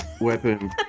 Weapon